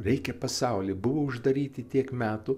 reikia pasauly buvo uždaryti tiek metų